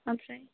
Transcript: ओमफ्राय